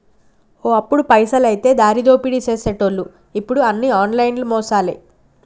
ఓ అప్పుడు పైసలైతే దారిదోపిడీ సేసెటోళ్లు ఇప్పుడు అన్ని ఆన్లైన్ మోసాలే